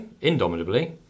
Indomitably